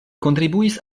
kontribuis